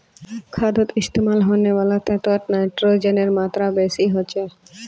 खादोत इस्तेमाल होने वाला तत्वोत नाइट्रोजनेर मात्रा बेसी होचे